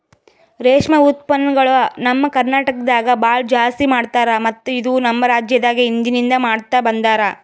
ರೇಷ್ಮೆ ಉತ್ಪನ್ನಗೊಳ್ ನಮ್ ಕರ್ನಟಕದಾಗ್ ಭಾಳ ಜಾಸ್ತಿ ಮಾಡ್ತಾರ ಮತ್ತ ಇದು ನಮ್ ರಾಜ್ಯದಾಗ್ ಹಿಂದಿನಿಂದ ಮಾಡ್ತಾ ಬಂದಾರ್